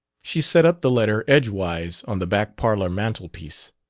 she set up the letter edgewise on the back parlor mantelpiece.